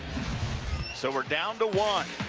so we're down to one.